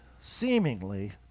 seemingly